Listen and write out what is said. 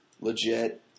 legit